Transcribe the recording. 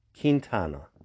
Quintana